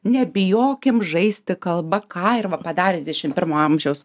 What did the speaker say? nebijokim žaisti kalba ką ir va padarė dvidešim pirmo amžiaus